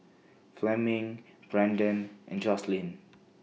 Fleming Brendan and Joslyn